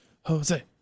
Jose